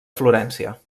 florència